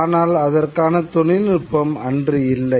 ஆனால் அதற்கான தொழில்நுட்பம் அன்று இல்லை